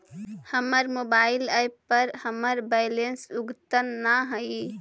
हमर mobile app पर हमर बैलेंस अद्यतन ना हई